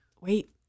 Wait